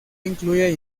incluye